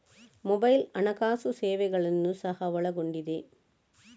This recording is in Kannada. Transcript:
ಮೊಬೈಲ್ ಹಣಕಾಸು ಸೇವೆಗಳನ್ನು ಸಹ ಒಳಗೊಂಡಿದೆ